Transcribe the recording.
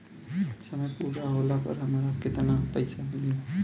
समय पूरा होला पर हमरा केतना पइसा मिली?